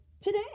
today